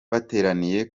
bateraniye